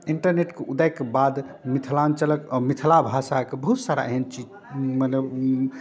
इन्टरनेटके उदयके बाद मिथिलाञ्चलक आओर मिथिला भाषाके बहुत सारा एहन चीज मने